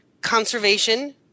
conservation